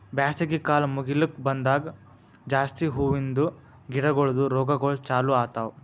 ಬ್ಯಾಸಗಿ ಕಾಲ್ ಮುಗಿಲುಕ್ ಬಂದಂಗ್ ಜಾಸ್ತಿ ಹೂವಿಂದ ಗಿಡಗೊಳ್ದು ರೋಗಗೊಳ್ ಚಾಲೂ ಆತವ್